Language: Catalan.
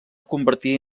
convertir